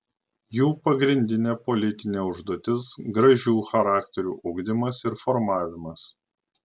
jų pagrindinė politinė užduotis gražių charakterių ugdymas ir formavimas